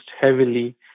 heavily